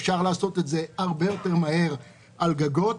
אפשר לעשות את זה הרבה יותר מהר על גגות,